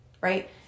Right